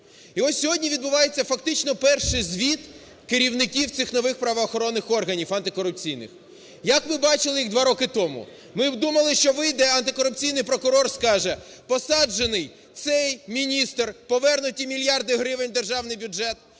І ось сьогодні відбувається фактично перший звіт керівників цих нових правоохоронних органів антикорупційних. Як ви бачили їх 2 роки тому? Ми думали, що вийде антикорупційний прокурор і скаже: "Посаджений цей міністр, повернуті мільярди гривень в державний бюджет.